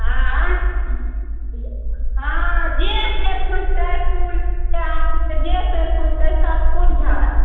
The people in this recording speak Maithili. हँ हँ जे पेड़ खोजतै फूलके आमके जे जे पेड़ खोजतै सभ किछु हइ